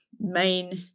main